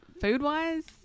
food-wise